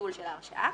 ביטול ההרשאה.